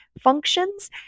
functions